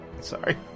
Sorry